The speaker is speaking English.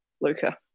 Luca